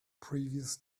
previous